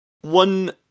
One